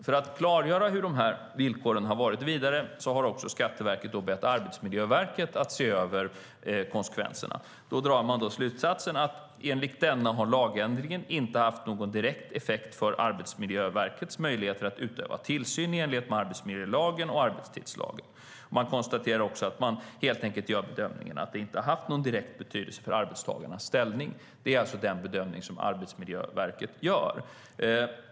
För att vidare klargöra hur de här villkoren har varit har Skatteverket bett Arbetsmiljöverket att se över konsekvenserna. Där drar man slutsatsen att lagändringen inte har haft någon direkt effekt för Arbetsmiljöverkets möjligheter att utöva tillsyn i enlighet med arbetsmiljölagen och arbetstidslagen. Man gör helt enkelt bedömningen att det inte har haft någon direkt betydelse för arbetstagarnas ställning. Det är alltså den bedömning som Arbetsmiljöverket gör.